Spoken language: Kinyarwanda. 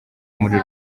muri